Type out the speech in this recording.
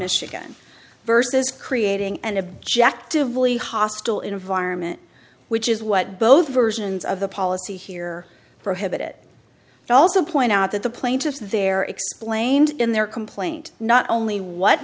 michigan versus creating an objective lea hostile environment which is what both versions of the policy here prohibit it also point out that the plaintiffs there explained in their complaint not only what